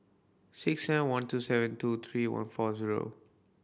six seven one two seven two three one four zero